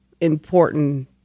important